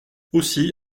aussi